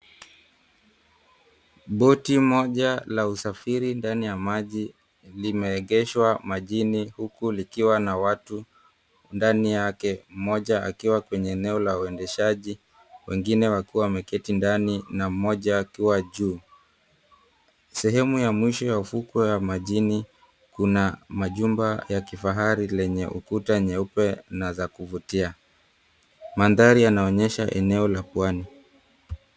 Boti moja la usafiiri ndani ya maji limeegeshwa majini huku likiwa na watu ndani yake, mmoja akiwa kwenye eneo la uendeshaji, wengine wakiwa wameketi ndani na mmoja akiwa juu. Sehemu ya mwisho ya ufukwe ya majini kuna majumba ya kifahari lenye ukuta nyeupe na za kuvutia. Mandhari yanaonyesha eneo la pwani.